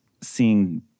seeing